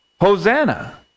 Hosanna